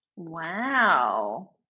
wow